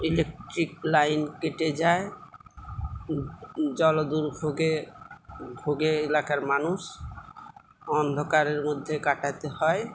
electric line কেটে যায় জল দুর্ভোগে ভোগে এলাকার মানুষ অন্ধকারের মধ্যে কাটাতে হয়